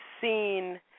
seen